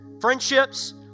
friendships